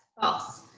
false.